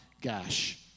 Gash